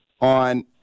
on